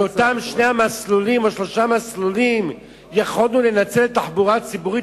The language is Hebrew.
את אותם שני מסלולים או שלושה מסלולים יכולנו לנצל לתחבורה ציבורית,